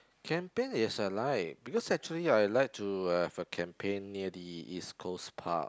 camping is a like because actually I like to have a campaign near the East Coast Park